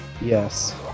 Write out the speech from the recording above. Yes